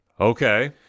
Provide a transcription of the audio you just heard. Okay